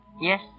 Yes